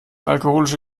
alkoholische